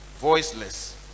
voiceless